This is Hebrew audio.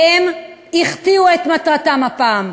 והם החטיאו את מטרתם הפעם.